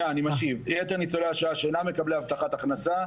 יתר ניצולי השואה שאינם מקבלי הבטחת הכנסה,